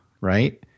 right